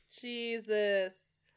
Jesus